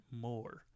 more